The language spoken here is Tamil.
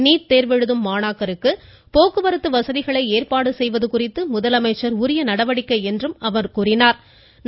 நீட் தேர்வு எழுதும் மாணாக்கருக்கு போக்குவரத்து வசதிகளை ஏற்பாடு செய்வது குறித்து முதலமைச்சர் உரிய நடவடிக்கை எடுப்பார் என்றார்